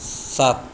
सात